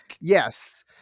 yes